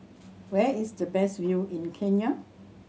where is the best view in Kenya